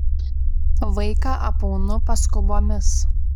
vaiką apaunu paskubomis